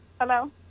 Hello